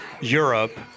Europe